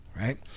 Right